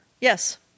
Yes